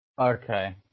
Okay